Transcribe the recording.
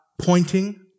pointing